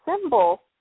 symbol